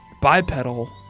Bipedal